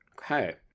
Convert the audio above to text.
Okay